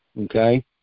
okay